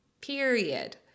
period